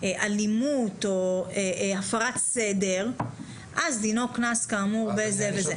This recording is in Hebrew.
אלימות או הפרת סדר אז דינו קנס כאמור בזה וזה?